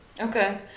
Okay